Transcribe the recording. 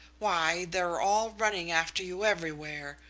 why, they're all running after you everywhere.